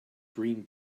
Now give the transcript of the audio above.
green